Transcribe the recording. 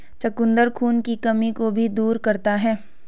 चुकंदर खून की कमी को भी दूर करता है